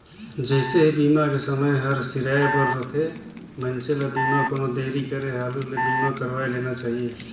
जइसे ही बीमा के समय हर सिराए बर रथे, मइनसे ल बीमा कोनो देरी करे हालू ले बीमा करवाये लेना चाहिए